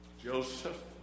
Joseph